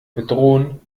bedrohen